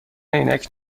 عینک